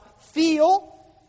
feel